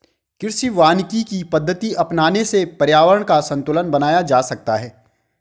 कृषि वानिकी की पद्धति अपनाने से पर्यावरण का संतूलन बनाया जा सकता है